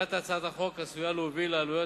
קבלת הצעת החוק עשויה להוביל לעלויות